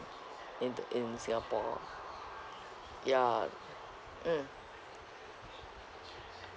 in the in singapore ah ya mm